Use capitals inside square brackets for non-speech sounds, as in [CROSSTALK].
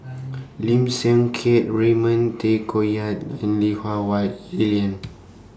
[NOISE] Lim Siang Keat Raymond Tay Koh Yat and Lui Hah Wah Elen